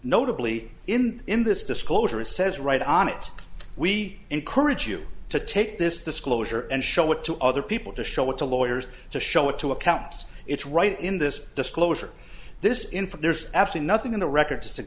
notably in in this disclosure it says right on it we encourage you to take this disclosure and show it to other people to show it to lawyers to show it to accounts it's right in this disclosure this in from there's actually nothing in the record